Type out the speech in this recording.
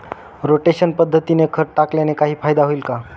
Rotation पद्धतीमुळे खत टाकल्याने काही फायदा होईल का?